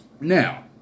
now